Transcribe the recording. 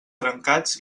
trencats